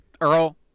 Earl